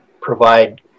provide